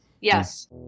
yes